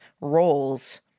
roles